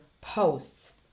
posts